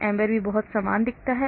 AMBER भी बहुत समान दिखता है